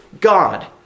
God